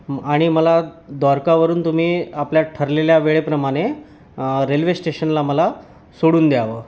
आणि मला द्वारकावरून तुम्ही आपल्या ठरलेल्या वेळेप्रमाणे रेल्वे स्टेशनला मला सोडून द्यावं